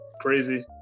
crazy